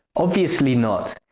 obviously not!